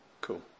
Cool